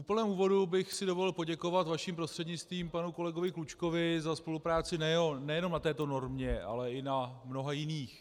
V úplném úvodu bych si dovolil poděkovat vaším prostřednictvím panu kolegovi Klučkovi za spolupráci nejenom na této normě, ale i na mnoha jiných.